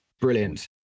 Brilliant